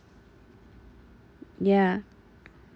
ya